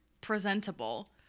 presentable